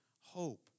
hope